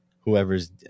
whoever's